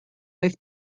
oedd